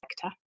sector